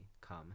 come